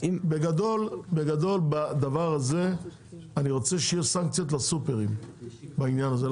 בגדול בדבר הזה אני רוצה שיהיו סנקציות לסופרים בעניין הזה,